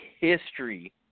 history